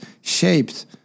shaped